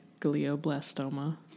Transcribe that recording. glioblastoma